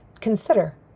consider